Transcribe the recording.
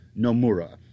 Nomura